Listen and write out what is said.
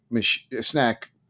snack